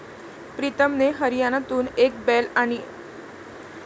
प्रीतमने हरियाणातून एक बैल आणून त्याची पैदास केली आहे, हा बैल उच्च जातीचा आहे